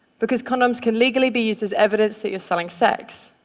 because condoms can legally be used as evidence that you're selling sex.